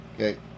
Okay